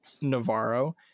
navarro